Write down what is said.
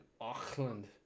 auckland